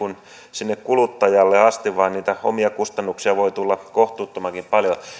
sinne kuluttajalle asti vaan niitä omia kustannuksia voi tulla kohtuuttomankin paljon